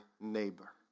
neighbor